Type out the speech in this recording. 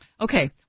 Okay